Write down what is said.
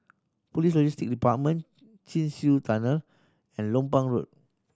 Police Logistics Department Chin Swee Tunnel and Lompang Road